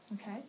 Okay